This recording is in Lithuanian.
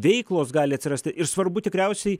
veiklos gali atsirasti ir svarbu tikriausiai